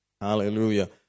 Hallelujah